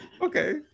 Okay